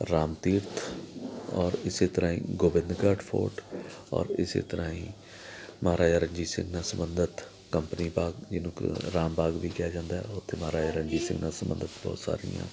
ਰਾਮ ਤੀਰਥ ਔਰ ਇਸ ਤਰ੍ਹਾਂ ਹੀ ਗੋਬਿੰਦਗੜ੍ਹ ਫੋਰਟ ਔਰ ਇਸ ਤਰ੍ਹਾਂ ਹੀ ਮਹਾਰਾਜਾ ਰਣਜੀਤ ਸਿੰਘ ਨਾਲ ਸੰਬੰਧਿਤ ਕੰਪਨੀ ਬਾਗ ਜਿਹਨੂੰ ਕ ਰਾਮ ਬਾਗ ਵੀ ਕਿਹਾ ਜਾਂਦਾ ਉੱਥੇ ਮਹਾਰਾਜਾ ਰਣਜੀਤ ਸਿੰਘ ਦਾ ਸੰਬੰਧਿਤ ਬਹੁਤ ਸਾਰੀਆਂ